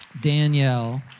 Danielle